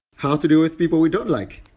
how to deal with people we don't like?